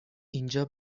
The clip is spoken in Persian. اینجا